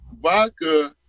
vodka